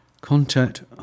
contact